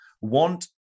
want